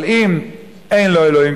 אבל אם אין לו אלוקים,